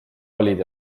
olid